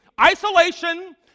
isolation